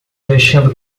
vestindo